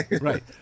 Right